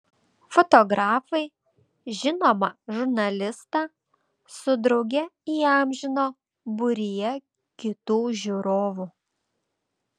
fotografai žinomą žurnalistą su drauge įamžino būryje kitų žiūrovų